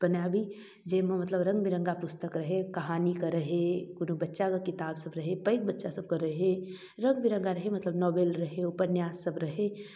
बनाबी जाहिमे मतलब रङ्ग बिरङ्गा पुस्तक रहै कहानीके रहै कोनो बच्चाके किताब सब रहै पैघ बच्चा सबके रहै रङ्ग बिरङ्गा रहै मतलब नोवेल रहै उपन्यास सब रहै